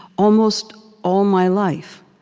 almost all my life.